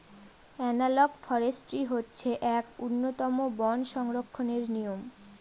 analogue forestry হচ্ছে এক উন্নতম বন সংরক্ষণের নিয়ম